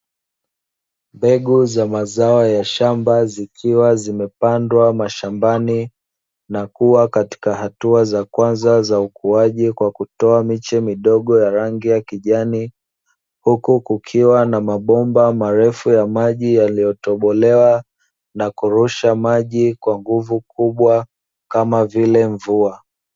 Mbeguzwa mazao ya shamba zikiwa zimepandwa mashambani na kuwa katika hatua za kwanza za ukuaji kwa kutoa miche midogo ya rangi ya kijani. Huku kukiwa na mabomba marefu ya maji yaliyotobolewa na kurusha maji kwa nguvu kubwa kama vile mvua.